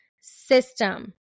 system